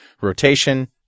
rotation